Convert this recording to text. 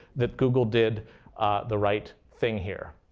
that google did the right thing here.